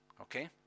Okay